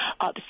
up